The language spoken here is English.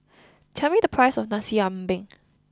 tell me the price of Nasi Ambeng